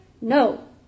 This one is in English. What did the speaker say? No